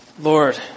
Lord